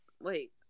wait